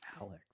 alex